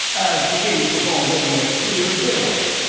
as the case was already as clear as daylight.